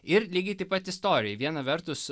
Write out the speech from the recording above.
ir lygiai taip pat istorijai viena vertus